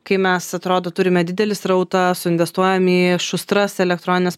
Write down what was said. kai mes atrodo turime didelį srautą suinvestuojam į šustras elektronines